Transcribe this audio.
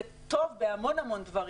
זה טוב בהמון המון דברים,